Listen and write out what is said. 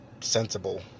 sensible